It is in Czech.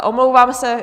Omlouvám se.